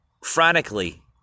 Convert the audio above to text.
frantically